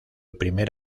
primer